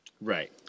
right